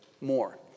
more